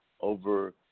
over –